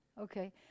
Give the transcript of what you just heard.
okay